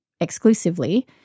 exclusively